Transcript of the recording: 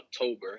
October